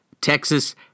Texas